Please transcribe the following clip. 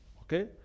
Okay